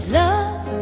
love